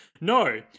no